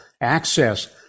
access